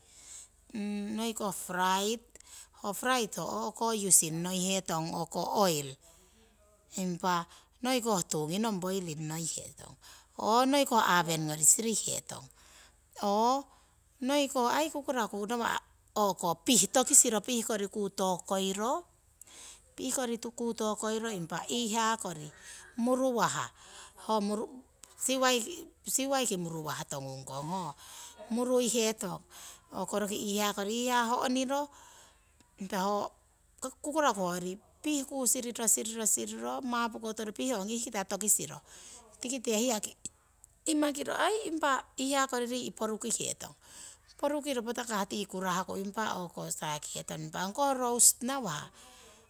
Noiko fried ho fried ho o'ko iusing noihetong oiri impa noiko tuu nginong poiring noihetong ho noiko aweni kori sirihetong. Noiko kukuraku pih tokisiro pih kori. ku tokoiro impa iihaa kori muruwah siwai ki muruwah tongung kong, murui hetong hoyori iihaa, iihaa ho'niro impa ho kukuraku hoyori pih siriro pih ong ihkita tokisiro. tikite hiyaki imakiro aii impa iihaa aii rii' porukihetong. Porukiro patakah tii kurahku patakah sakihetong impa ongko roast nawah